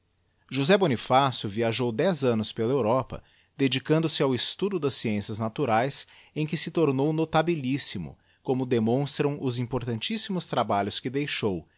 josé bonifácio viajou dez annos pela europa dedicado se ao estudo das sciencias naturaes em que se tomou notabilissimp como demonstram os importantíssimos trabalhos que deixou